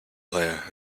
player